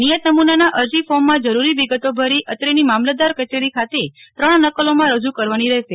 નિયત નમૂનાના અરજી ફોર્મમાં જરૂરી વિગતો ભરી અત્રેની મામલતદાર કચેરી ખાતે ત્રણ નકલોમાં રજૂ કરવાની રહેશે